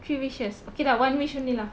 three wishes okay lah one wish only lah